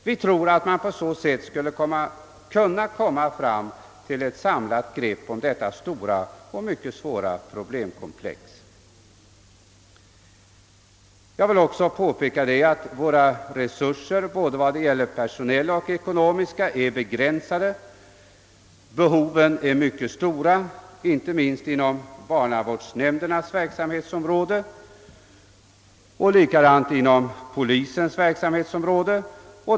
Vi tror att man på så sätt skulle få ett samlat grepp om detta stora och mycket svåra problemkomplex. Jag vill också påpeka att våra personella och ekonomiska resurser är begränsade. Behoven är mycket stora, inte minst inom barnavårdsnämndernas och polisens verksamhetsområden.